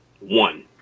One